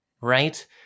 right